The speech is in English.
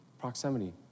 Proximity